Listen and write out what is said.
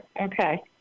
okay